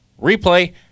replay